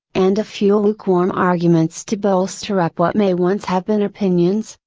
and few lukewarm arguments to bolster up what may once have been opinions,